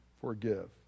forgive